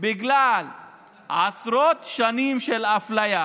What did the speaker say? שבגלל עשרות שנים של אפליה